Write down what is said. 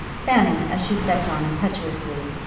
fanny, as she stepped on impetuously,